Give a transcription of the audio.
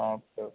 ആ okay okay